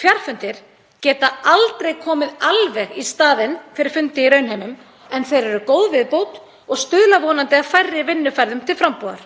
Fjarfundir geta aldrei komið alveg í staðinn fyrir fundi í raunheimum en þeir eru góð viðbót og stuðla vonandi að færri vinnuferðum til frambúðar.